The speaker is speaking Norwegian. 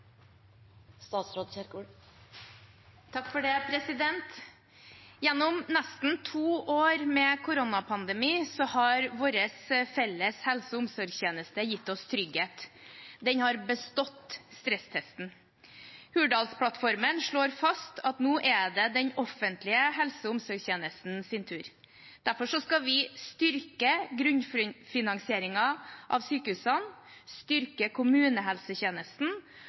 omsorgstjeneste gitt oss trygghet. Den har bestått stresstesten. Hurdalsplattformen slår fast at nå er det den offentlige helse- og omsorgstjenestens tur. Derfor skal vi styrke grunnfinansieringen av sykehusene, styrke kommunehelsetjenesten